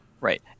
Right